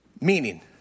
meaning